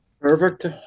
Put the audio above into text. perfect